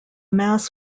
mass